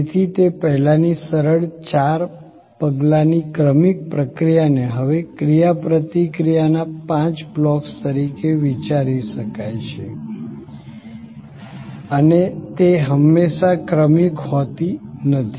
તેથી તે પહેલાની સરળ ચાર પગલાંની ક્રમિક પ્રક્રિયાને હવે ક્રિયાપ્રતિક્રિયાના પાંચ બ્લોક્સ તરીકે વિચારી શકાય છે અને તે હંમેશા ક્રમિક હોતી નથી